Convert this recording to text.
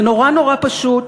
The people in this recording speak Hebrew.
זה נורא נורא פשוט,